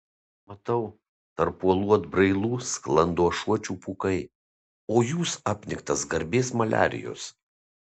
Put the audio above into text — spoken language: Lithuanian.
matau tarp uolų atbrailų sklando ašuočių pūkai o jūs apniktas garbės maliarijos